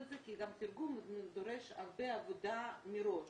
את זה כי תרגום דורש הרבה עבודה מראש.